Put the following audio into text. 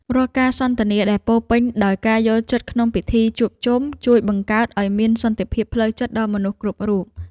រាល់ការសន្ទនាដែលពោរពេញដោយការយល់ចិត្តក្នុងពិធីជួបជុំ ជួយបង្កើតឱ្យមានសន្តិភាពផ្លូវចិត្តដល់មនុស្សគ្រប់រូប។